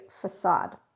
facade